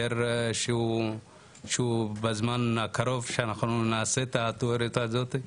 היתר שבזמן הקרוב שנעשה את התיאוריה הזאת.